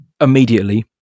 immediately